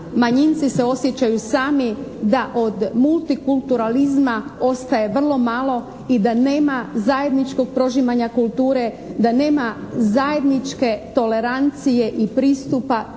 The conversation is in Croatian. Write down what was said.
manjinci se osjećaju sami, da od multikulturalizma ostaje vrlo malo i da nema zajedničkog prožimanja kulture, da nema zajedničke tolerancije i pristupa